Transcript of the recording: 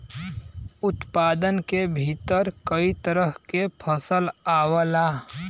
उत्पादन के भीतर कई तरह के फसल आवला